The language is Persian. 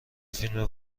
فیلم